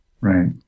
Right